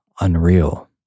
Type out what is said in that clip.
unreal